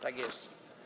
Tak jest.